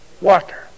water